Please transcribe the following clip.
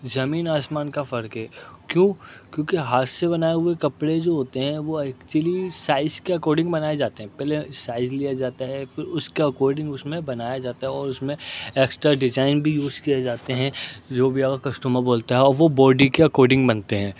زمین آسمان کا فرق ہے کیوں کیونکہ ہاتھ سے بنائے ہوئے کپڑے جو ہوتے ہیں وہ ایکچولی سائز کے اکورڈنگ بنائے جاتے ہیں پہلے سائز لیا جاتا ہے پھر اس کے اکورڈنگ اس میں بنایا جاتا ہے اور اس میں ایکسٹرا ڈیجائن بھی یوز کیے جاتے ہیں جو بھی آپ کا کسٹومر بولتا ہے اور وہ بوڈی کے اکورڈنگ بنتے ہیں